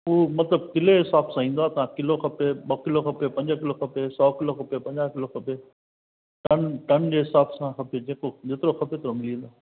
उहा मतिलबु किले ॼे हिसाब सा ईंदो आहे तव्हां किलो खपे ॿ किलो खपे पंज किलो खपे सौ किलो खपे पंजाहु किलो खपे टन टन ॼे हिसाब सां खपे जेको जेतिरो खपे ओतिरो मिली वेंदो